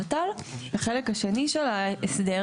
אוקיי אנחנו נבקש מהממשלה להציג את הנושא לפני